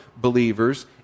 believers